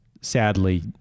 sadly